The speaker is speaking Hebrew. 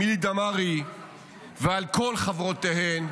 אמילי דמארי ועל כל חברותיהן,